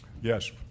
Yes